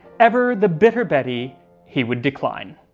ever the bitter betty he would decline.